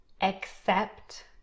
accept